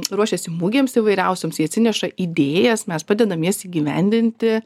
ruošiasi mugėms įvairiausioms jie atsineša idėjas mes padedam jas įgyvendinti